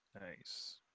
nice